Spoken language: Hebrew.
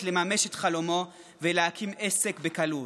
לממש את חלומו ולהקים עסק בקלות.